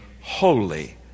holy